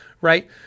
right